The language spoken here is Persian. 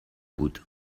بود